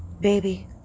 Baby